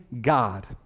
God